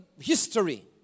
history